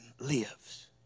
lives